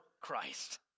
Christ